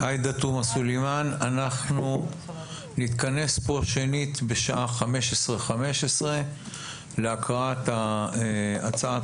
אנחנו נתכנס כאן בשעה 15:15 להקראת הצעת